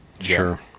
Sure